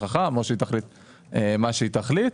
מי נמנע?